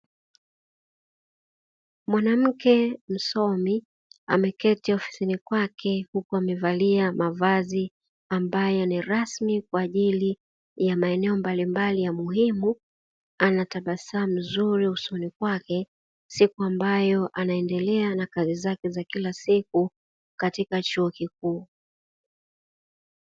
Mwanamke msomi ameketi ofisini kwake, huku amevalia mavazi ambayo ni rasmi kwa ajili ya maeneo mbalimbali ya muhimu, ana tabasamu zuri usoni kwake; siku ambayo anaendelea na kazi zake za kila siku katika chuo kikuu.